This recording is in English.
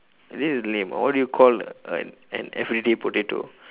this is lame what do you call an an everyday potato